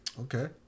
Okay